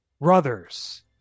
Brothers